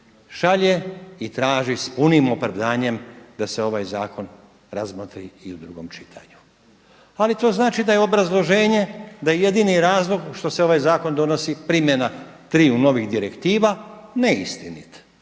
šalje i traži s punim opravdanjem da se ovaj zakon razmotri i u drugom čitanju. Ali to znači da je obrazloženje, da je jedini razlog što se ovaj zakon donosi primjena triju novih direktiva neistinit,